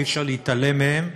ואי-אפשר להתעלם מהם,